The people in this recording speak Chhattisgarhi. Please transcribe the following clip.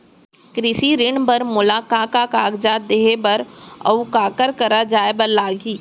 कृषि ऋण बर मोला का का कागजात देहे बर, अऊ काखर करा जाए बर लागही?